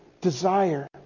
desire